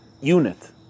unit